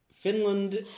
Finland